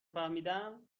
فهمیدم